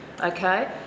Okay